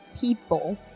people